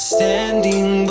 Standing